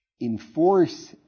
enforce